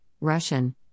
Russian